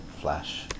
Flash